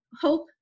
hope